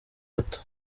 bato